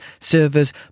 servers